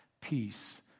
peace